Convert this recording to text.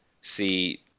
see